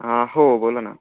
हां हो बोला ना